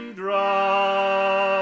draw